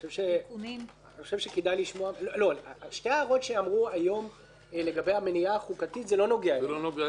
שתי ההערות שנאמרו היום לגבי המניעה החוקתית לא נוגע לזה.